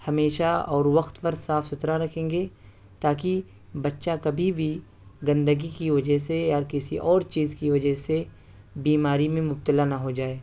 ہمیشہ اور وقت پر صاف ستھرا رکھیں گے تاکہ بچہ کبھی بھی گندگی کی وجہ سے یا کسی اور چیز کی وجہ سے بیماری میں مبتلا نہ ہو جائے